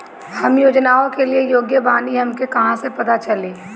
हम योजनाओ के लिए योग्य बानी ई हमके कहाँसे पता चली?